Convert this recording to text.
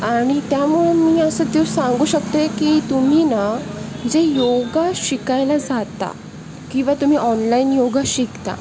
आणि त्यामुळे मी असं तीव सांगू शकते की तुम्ही ना जे योग शिकायला जाता किंवा तुम्ही ऑनलाईन योग शिकता